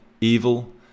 Evil